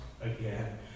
again